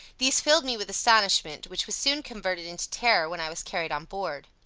these filled me with astonishment, which was soon converted into terror when i was carried on board.